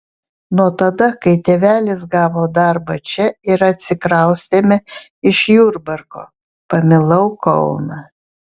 nuo tada kai tėvelis gavo darbą čia ir atsikraustėme iš jurbarko pamilau kauną